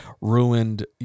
ruined